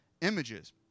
images